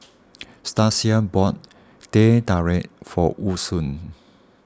Stasia bought Teh Tarik for Woodson